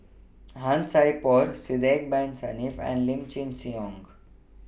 Han Sai Por Sidek Bin Saniff and Lim Chin Siong